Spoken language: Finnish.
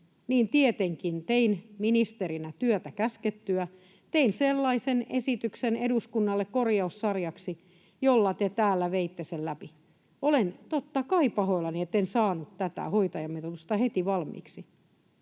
niin tietenkin tein ministerinä työtä käskettyä: tein sellaisen esityksen eduskunnalle korjaussarjaksi, jolla te täällä veitte sen läpi. Olen totta kai pahoillani, etten saanut tätä hoitajamitoitusta heti valmiiksi.